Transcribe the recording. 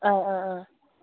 ꯑꯥ ꯑꯥ ꯑꯥ